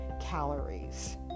calories